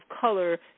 color